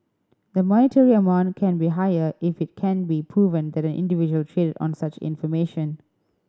the monetary amount can be higher if it can be proven that an individual traded on such information